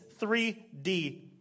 3D